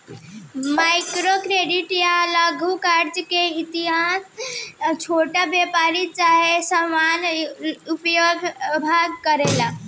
micro credit या लघु कर्जा के इस्तमाल छोट व्यापारी चाहे सामान्य उपभोक्ता करेले